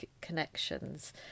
connections